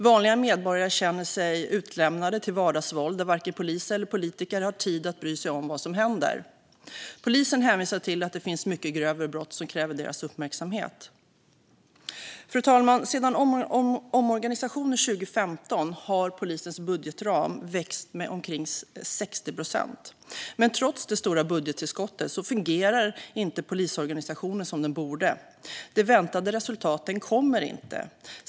Vanliga medborgare känner sig utlämnade till ett vardagsvåld där varken polis eller politiker har tid att bry sig om vad som händer. Polisen hänvisar till att det finns mycket grövre brott som kräver deras uppmärksamhet. Fru talman! Sedan omorganisationen 2015 har polisens budgetram växt med omkring 60 procent. Men trots de stora budgettillskotten fungerar inte polisorganisationen som den borde. De väntade resultaten kommer inte.